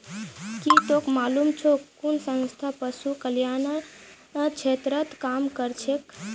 की तोक मालूम छोक कुन संस्था पशु कल्याण क्षेत्रत काम करछेक